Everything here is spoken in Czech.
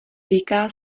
týká